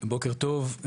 בוקר טוב,